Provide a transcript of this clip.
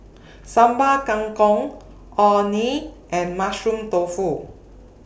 Sambal Kangkong Orh Nee and Mushroom Tofu